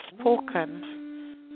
spoken